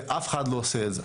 ואף אחד לא עושה את זה,